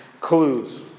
clues